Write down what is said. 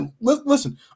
listen